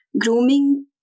grooming